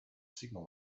signal